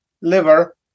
liver